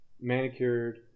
manicured